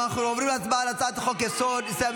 אנחנו עוברים להצבעה על הצעת חוק-יסוד: ישראל,